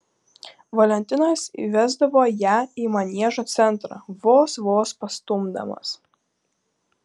valentinas įvesdavo ją į maniežo centrą vos vos pastumdamas